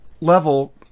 level